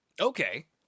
Okay